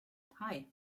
hei